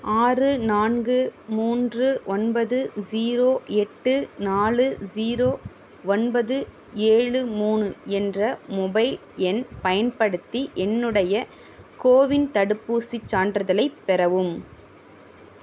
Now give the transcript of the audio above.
ஆறு நான்கு மூன்று ஒன்பது ஜீரோ எட்டு நாலு ஜீரோ ஒன்பது ஏழு மூணு என்ற மொபைல் எண் பயன்படுத்தி என்னுடைய கோவின் தடுப்பூசிச் சான்றிதழைப் பெறவும்